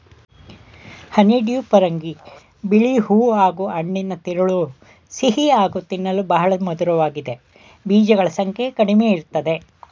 honeydew ಪರಂಗಿ ಬಿಳಿ ಹೂ ಹಾಗೂಹೆಣ್ಣಿನ ತಿರುಳು ಸಿಹಿ ಮತ್ತು ತಿನ್ನಲು ಬಹಳ ಮಧುರವಾಗಿದೆ ಬೀಜಗಳ ಸಂಖ್ಯೆ ಕಡಿಮೆಇರ್ತದೆ